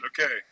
Okay